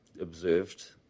observed